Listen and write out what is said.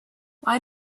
why